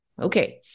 okay